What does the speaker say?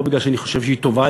לא בגלל שאני חושב שהיא טובה.